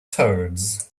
toads